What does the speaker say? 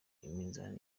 iminzani